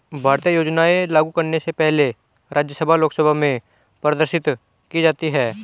भारतीय योजनाएं लागू करने से पहले राज्यसभा लोकसभा में प्रदर्शित की जाती है